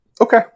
Okay